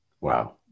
wow